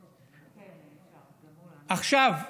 עכשיו,